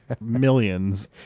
millions